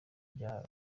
byaha